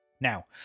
Now